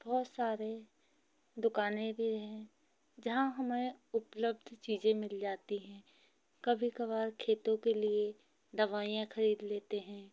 बहुत सारी दुकानें भी हैं जहाँ हमें उपलब्ध चीज़े मिल जाती हैं कभी कभार खेतों के लिए दवाइयाँ ख़रीद लेते हैं